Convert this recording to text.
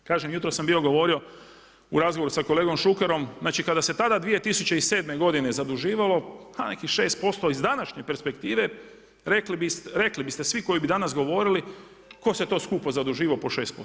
Kažem, jutros sam bio govorio u razgovoru sa kolegom Šukerom, znači kada se tada 2007. godine zaduživalo, ha nekih 6% iz današnje perspektive rekli biste svi koji bi danas govorili tko se to skupo zaduživao po 6%